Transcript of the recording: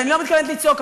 אני לא מתכוונת לצעוק,